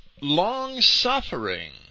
long-suffering